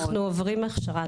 אנחנו עוברים הכשרה.